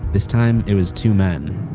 this time it was two men.